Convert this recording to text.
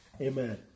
Amen